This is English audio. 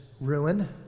ruin